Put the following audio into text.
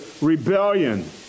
rebellion